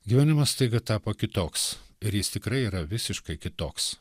gyvenimas staiga tapo kitoks ir jis tikrai yra visiškai kitoks